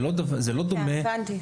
הבנתי.